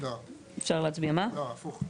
לא, הפוך.